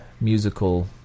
musical